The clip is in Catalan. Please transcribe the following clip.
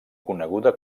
coneguda